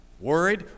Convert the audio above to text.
worried